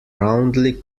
roundly